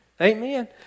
Amen